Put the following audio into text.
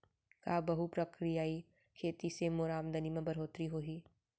का बहुप्रकारिय खेती से मोर आमदनी म बढ़होत्तरी होही?